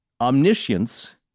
Omniscience